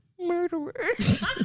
Murderers